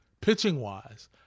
pitching-wise